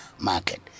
market